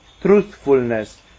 truthfulness